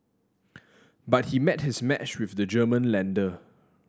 but he met his match with the German lender